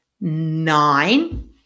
nine